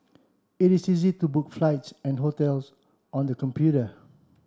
it is easy to book flights and hotels on the computer